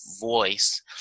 voice